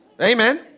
Amen